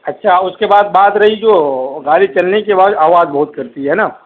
اچھا اس کے بعد بات رہی جو گاڑی چلنے کے بعد آواز بہت کرتی ہے نا